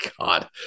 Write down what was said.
God